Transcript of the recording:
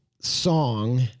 song